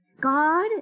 God